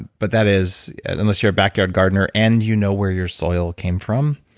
but that is, unless you're a backyard gardener and you know where your soil came from,